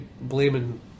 blaming